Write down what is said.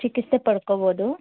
ಚಿಕಿತ್ಸೆ ಪಡ್ಕೋಬೋದು